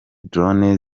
drone